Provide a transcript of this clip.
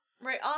Right